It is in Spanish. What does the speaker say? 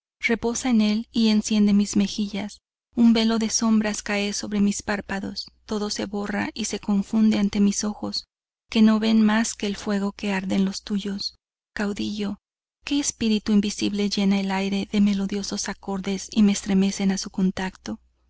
rebosa en el y enciende mis mejillas un velo de sombras cae sobre mis párpados todo se borra y se confunde ante mis ojos que no ven mas que el fuego que arde en los tuyos caudillo que espíritu invisible llena el aire de melodiosos acordes y me estremecen a su contacto